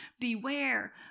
Beware